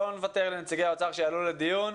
לא נוותר לנציגי האוצר שיעלו לדיון.